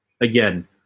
Again